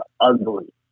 ugly